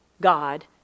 God